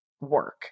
work